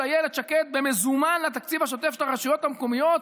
אילת שקד במזומן לתקציב השוטף של הרשויות המקומיות